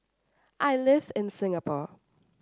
I live in Singapore